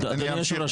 אדוני יושב הראש,